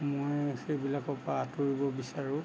মই সেইবিলাকৰ পৰা আঁতৰিব বিচাৰোঁ